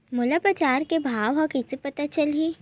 मोला बजार के भाव ह कइसे पता चलही?